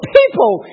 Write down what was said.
people